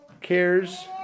cares